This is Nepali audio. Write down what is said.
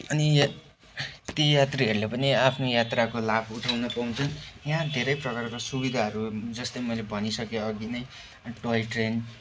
अनि ती यात्रीहरूले पनि आफ्नो यात्राको लाभ उठाउन पाउँछन् यहाँ धेरै प्रकारका सुविधाहरू जस्तै मैले भनिसकेँ अघि नै टोय ट्रेन